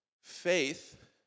faith